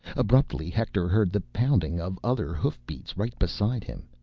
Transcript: abruptly, hector heard the pounding of other hoof-beats right beside him.